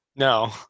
No